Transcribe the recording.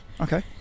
Okay